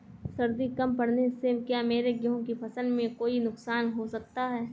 सर्दी कम पड़ने से क्या मेरे गेहूँ की फसल में कोई नुकसान हो सकता है?